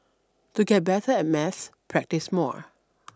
to get better at maths practise more